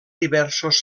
diversos